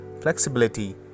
flexibility